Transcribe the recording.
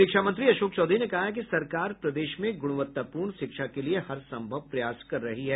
शिक्षा मंत्री अशोक चौधरी ने कहा है कि सरकार प्रदेश में गुणवत्तापूर्ण शिक्षा के लिए हरसंभव प्रयास कर रही है